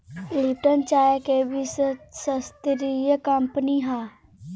Lipton चाय के विश्वस्तरीय कंपनी हअ